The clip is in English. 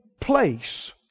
place